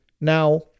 Now